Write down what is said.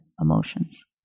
emotions